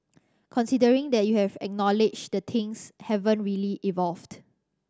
considering that you have acknowledged the things haven't really evolved